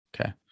Okay